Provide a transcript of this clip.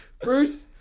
Bruce